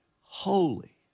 holy